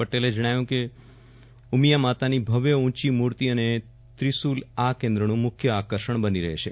પટેલે જણાવ્યું કે ઉમિયા માતાની ભવ્ય ઊંચી મૂર્તિ અને ત્રિશુલ આ કેન્દ્રનું મુખ્ય આકર્ષણ બની રહેશે